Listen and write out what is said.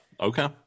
okay